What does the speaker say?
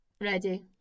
Ready